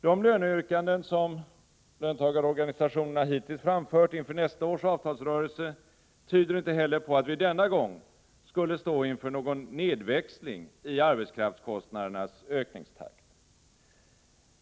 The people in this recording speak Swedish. De löneyrkanden som löntagarorganisationerna hittills framfört inför nästa års avtalsrörelse tyder inte heller på att vi denna gång skulle stå inför någon nedväxling i arbetskraftskostnadernas ökningstakt.